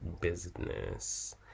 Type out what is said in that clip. business